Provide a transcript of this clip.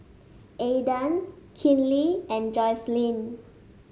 Aedan Kinley and Jocelyne